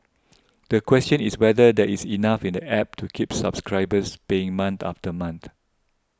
the question is whether there is enough in the App to keep subscribers paying month after month